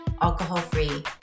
alcohol-free